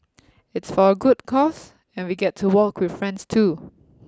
it's for a good cause and we get to walk with friends too